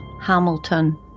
Hamilton